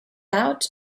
out